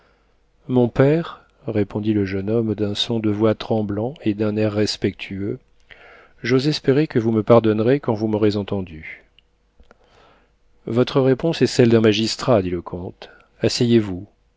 mon père répondit le jeune homme d'un son de voix tremblant et d'un air respectueux j'ose espérer que vous me pardonnerez quand vous m'aurez entendu votre réponse est celle d'un magistrat dit le comte asseyez-vous